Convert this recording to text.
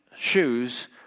shoes